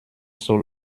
soll